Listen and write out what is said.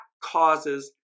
causes